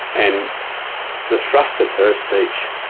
and the thrust of her speech